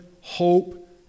hope